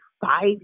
five